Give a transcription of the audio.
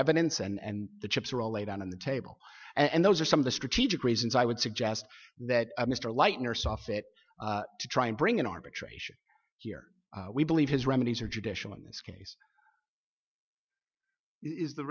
evidence and the chips are all laid out on the table and those are some of the strategic reasons i would suggest that mr lightener saw fit to try and bring in arbitration here we believe his remedies are judicial in this case is the